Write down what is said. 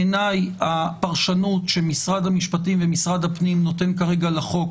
בעיניי הפרשנות שמשרד המשפטים ומשרד הפנים נותנים לחוק